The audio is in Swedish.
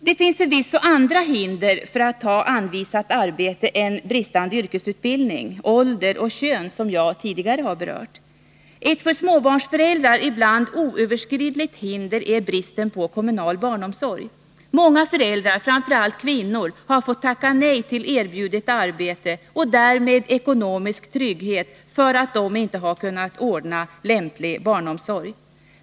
Det finns förvisso andra hinder för att ta anvisat arbete än bristande yrkesutbildning, ålder och kön, som jag tidigare har berört. Ett för småbarnsföräldrar ibland oöverstigligt hinder är bristen på kommunal barnomsorg. Många föräldrar, framför allt kvinnor, har fått tacka nej till erbjudet arbete och därmed ekonomisk trygghet för att de inte har kunnat ordna lämplig barnomsorg.